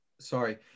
sorry